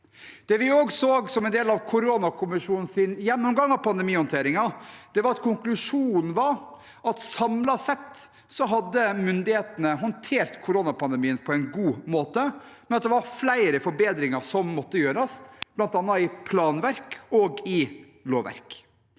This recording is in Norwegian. Det vi også så, som en del av koronakommisjonens gjennomgang av pandemihåndteringen, var at konklusjonen var at myndighetene samlet sett hadde håndtert koronapandemien på en god måte, men at det var flere forbedringer som måtte gjøres, bl.a. i planverk og i lovverk.